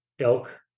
elk